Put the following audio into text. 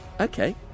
okay